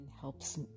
helps